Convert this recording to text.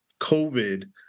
COVID